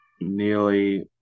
nearly